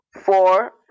four